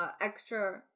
extra